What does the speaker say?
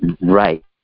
Right